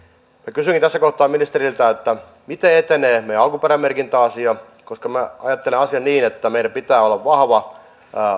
kysynkin tässä kohtaa ministeriltä miten etenee meidän alkuperämerkintäasiamme koska minä ajattelen asian niin että meillä pitää olla vahva